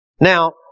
Now